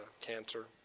cancer